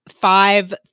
five